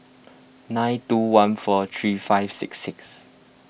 nine two one four three five six six